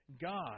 God